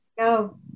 No